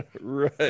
Right